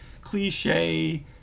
cliche